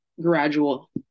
gradual